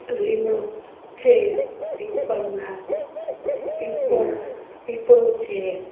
લીમડો છે પીપળના પીપળ પીપળો છે